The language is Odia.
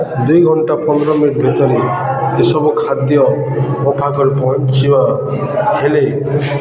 ଦୁଇ ଘଣ୍ଟା ପନ୍ଦର ମିନିଟ୍ ଭିତରେ ଏସବୁ ଖାଦ୍ୟ ଆଖପାଖରେ ପହଞ୍ଚିବା ହେଲେ